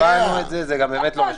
הבנו את זה, זה באמת לא משכנע.